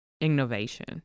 innovation